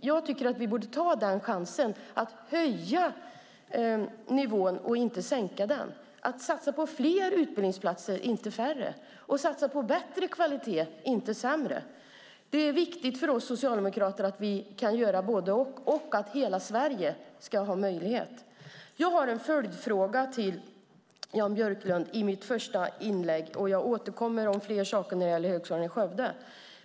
Jag tycker att vi borde ta den chansen: att höja nivån och inte sänka den, att satsa på fler utbildningsplatser, inte färre, och satsa på bättre kvalitet, inte sämre. Det är viktigt för oss socialdemokrater att vi kan göra både och, och det är viktigt att hela Sverige ska ha möjlighet. Jag har nu i mitt första inlägg en följdfråga till Jan Björklund. Jag återkommer senare om fler saker beträffande Högskolan i Skövde.